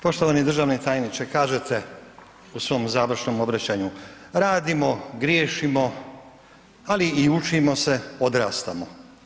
Poštovani državni tajniče kažete u svom završno obraćanju radimo, griješimo ali i učimo se, odrastamo.